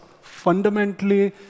fundamentally